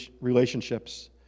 relationships